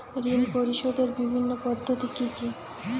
ঋণ পরিশোধের বিভিন্ন পদ্ধতি কি কি?